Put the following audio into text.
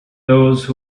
those